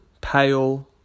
pale